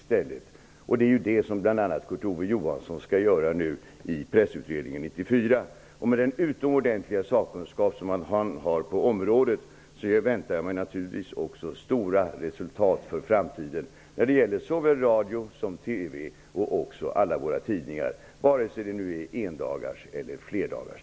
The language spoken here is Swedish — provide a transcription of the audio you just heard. Det är ju bl.a. det som Kurt Ove Johansson skall göra i Pressutredningen 1994. Med den utomordentliga sakkunskap som han har på området väntar jag mig naturligtvis stora resultat för framtiden. Det gäller såväl radio som TV och alla våra tidningar, både endagars och flerdagars.